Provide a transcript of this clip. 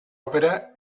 ópera